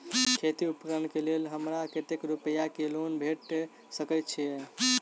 खेती उपकरण केँ लेल हमरा कतेक रूपया केँ लोन भेटि सकैत अछि?